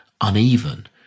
uneven